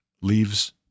leaves